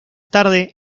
tarde